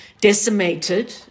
decimated